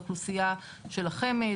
לאוכלוסייה של החמ"ד,